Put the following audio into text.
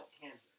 Kansas